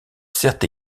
sert